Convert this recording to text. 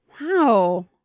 Wow